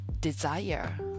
desire